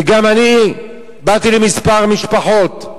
וגם אני באתי לכמה משפחות.